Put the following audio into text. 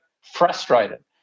frustrated